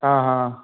हाँ हाँ